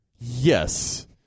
Yes